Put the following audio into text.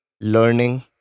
learning